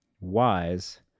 wise